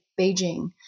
Beijing